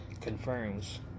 confirms